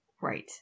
Right